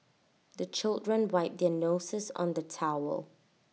the children wipe their noses on the towel